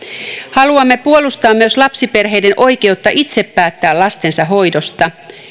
haluamme puolustaa myös lapsiperheiden oikeutta itse päättää lastensa hoidosta